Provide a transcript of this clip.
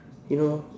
you know